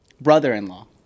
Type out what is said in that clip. brother-in-law